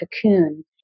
cocoon